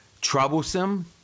troublesome